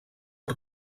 per